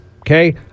Okay